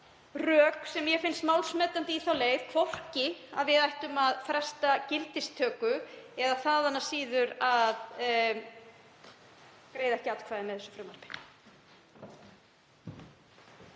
rök sem mér finnst málsmetandi fyrir því að við ættum að fresta gildistöku og þaðan af síður að greiða ekki atkvæði með þessu frumvarpi.